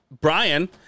Brian